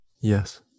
Yes